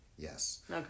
Yes